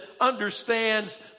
understands